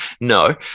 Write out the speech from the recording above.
no